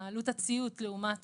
הציות לעומת